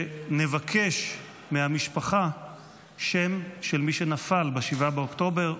שנבקש מהמשפחה שם של מי שנפל ב-7 באוקטובר,